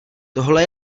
tohle